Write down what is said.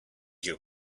your